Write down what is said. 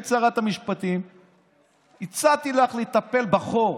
הרי כשהיית שרת המשפטים הצעתי לך לטפל בחור,